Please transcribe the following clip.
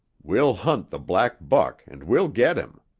we'll hunt the black buck and we'll get him.